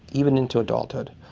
even into adulthood.